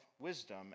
wisdom